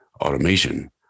automation